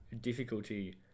difficulty